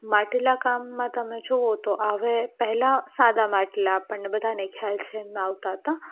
માટલા કામમાં તમે જુઓ તો હવે પહેલાં સાદા માટલાં આપણને બધાને ખ્યાલ છે એમાં આવતાં હતાં